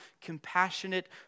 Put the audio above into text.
compassionate